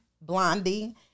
Blondie